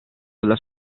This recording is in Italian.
alla